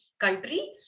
country